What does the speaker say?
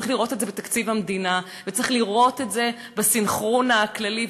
צריך לראות את זה בתקציב המדינה וצריך לראות את זה בסנכרון הכללי,